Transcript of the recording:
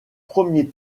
premier